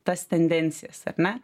tas tendencijas ar ne